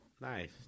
Nice